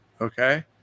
Okay